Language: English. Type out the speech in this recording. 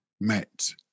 Met